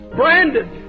branded